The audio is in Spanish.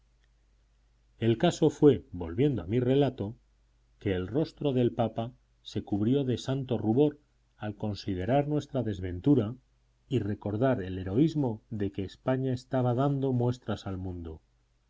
el caso fue volviendo a mi relato que el rostro del papa se cubrió de santo rubor al considerar nuestra desventura y recordar el heroísmo de que españa estaba dando muestras al mundo